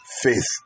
faith